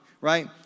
right